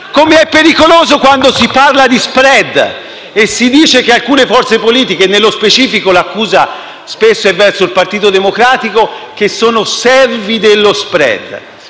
come è pericoloso quando si parladi *spread* e si dice che alcune forze politiche - nello specifico, l'accusa spesso è verso il Partito Democratico - sono serve dello *spread*.